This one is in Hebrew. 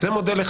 מול נציגי